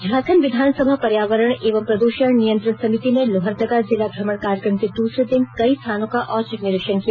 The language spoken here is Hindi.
झारखंड विधानसभा पर्यावरण एवं प्रद्रषण नियंत्रण समिति ने लोहरदगा जिला भ्रमण कार्यक्रम के दसरे दिन कई स्थानों का औचक निरीक्षण किया